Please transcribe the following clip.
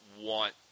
want